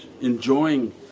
enjoying